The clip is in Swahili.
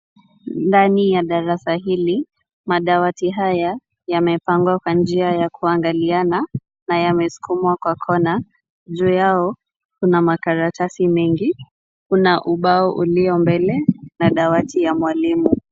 Ndani ya darasa hili, madawati haya yamepangwa kwa njia ya kuangaliana na yamesukumwa kwa kona. Juu yao kuna makaratasi mengi. Kuna ubao ulio mbele na dawati ya mwalimu.